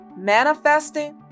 manifesting